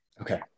Okay